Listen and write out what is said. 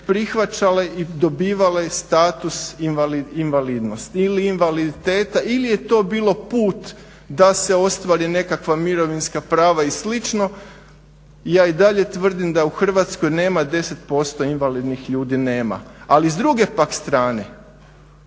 prihvaćale i dobivale status invalidnosti ili invaliditeta ili je to bilo put da se ostvari nekakva mirovinska prava i slično. Ja i dalje tvrdim da u Hrvatskoj nema 10% invalidnih ljudi nema. Ali s druge pak strane